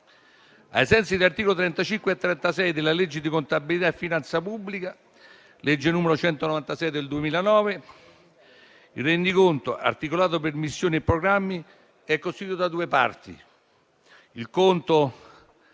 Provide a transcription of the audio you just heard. Ai sensi degli articoli 35 e 36 della legge di contabilità e finanza pubblica (legge n. 196 del 2009) il rendiconto, articolato per missioni e programmi, è costituito da due parti: il conto